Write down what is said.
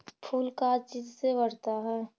फूल का चीज से बढ़ता है?